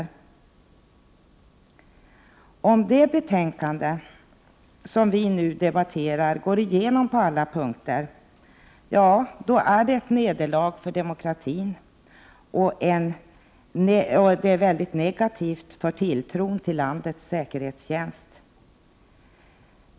Om förslagen i det betänkande som vi nu debatterar går igenom på alla punkter, är det ett nederlag för demokratin och mycket negativt för tilltron till landets säkerhetstjänst.